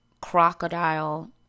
crocodile